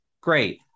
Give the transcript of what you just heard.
Great